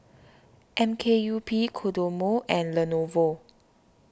M K U P Kodomo and Lenovo